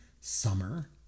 summer